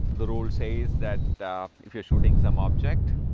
the rule says that if you're shooting some object,